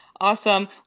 Awesome